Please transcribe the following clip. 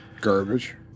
Garbage